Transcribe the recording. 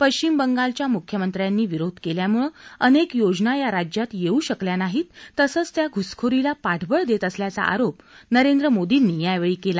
पश्चिम बंगालच्या मुख्यमंत्र्यांनी विरोध केल्यामुळं अनेक योजना या राज्यात येऊ शकल्या नाहीत तसंच त्या घुसखोरीला पाठबळ देत असल्याचा आरोप मोर्दीनी यावेळी केला